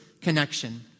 connection